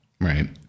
right